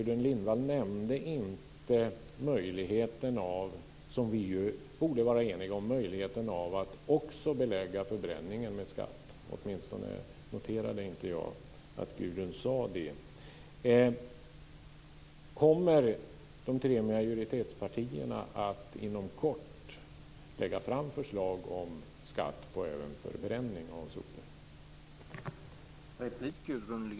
Gudrun Lindvall nämnde inte - åtminstone noterade inte jag det - möjligheten av att också belägga förbränningen med skatt. Det borde vi vara eniga om. Kommer de tre majoritetspartierna att inom kort lägga fram förslag om skatt även på förbränning av sopor?